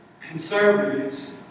conservatives